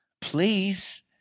Please